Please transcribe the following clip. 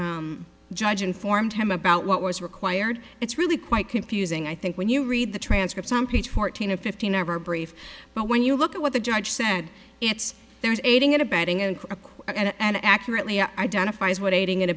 the judge informed him about what was required it's really quite confusing i think when you read the transcript some page fourteen or fifteen ever brief but when you look at what the judge said it's there is aiding and abetting in a quick and accurately identifies what aiding and